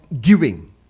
giving